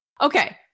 Okay